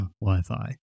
Wi-Fi